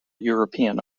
european